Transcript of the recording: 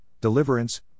deliverance